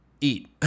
eat